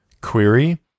Query